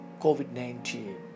COVID-19